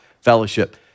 Fellowship